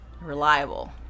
reliable